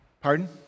Pardon